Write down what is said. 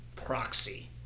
Proxy